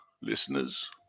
listeners